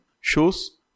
shows